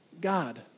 God